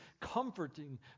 comforting